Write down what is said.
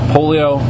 Polio